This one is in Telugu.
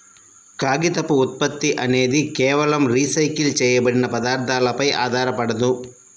కాగితపు ఉత్పత్తి అనేది కేవలం రీసైకిల్ చేయబడిన పదార్థాలపై ఆధారపడదు